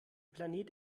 planet